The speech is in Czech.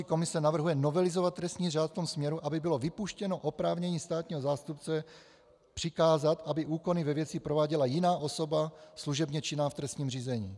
Vyšetřovací komise navrhuje novelizovat trestní řád v tom směru, aby bylo vypuštěno oprávnění státního zástupce přikázat, aby úkony ve věci prováděla jiná osoba služebně činná v trestním řízení.